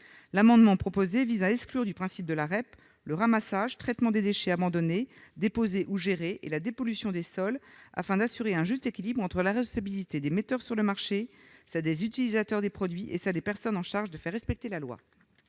amendement vise donc à exclure du principe de la REP le ramassage, le traitement des déchets abandonnés, déposés ou gérés et la dépollution des sols : il faut assurer un juste équilibre entre la responsabilité des metteurs sur le marché, celle des utilisateurs des produits et celle des personnes chargées de faire respecter la loi.